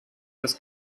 das